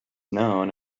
known